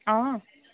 অঁ